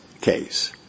case